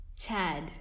Chad